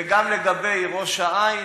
וגם לגבי ראש-העין,